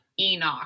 Enoch